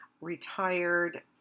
retired